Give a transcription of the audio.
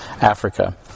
Africa